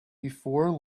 before